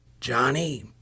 Johnny